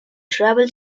travel